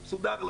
הם מסודרים,